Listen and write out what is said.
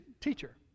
teacher